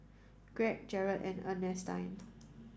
Greg Jaret and Ernestine